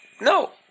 No